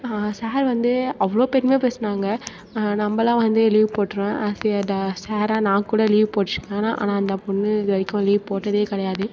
sir வந்து அவ்வளோ பெருமையா பேசினாங்க நம்மலாம் வந்து லீவ் போட்டிருவேன் ஆஸ் எ ட சாராக நான் கூட லீவ் போட்டிருப்பேன் ஆனால் ஆனால் அந்த பொண்ணு இது வரைக்கும் லீவ் போட்டதே கிடையாது